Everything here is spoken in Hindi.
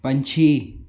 पंक्षी